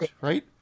right